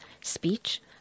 speech